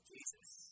Jesus